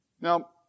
Now